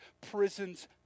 prisons